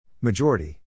Majority